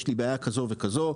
יש לי בעיה כזו וכזו,